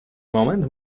moment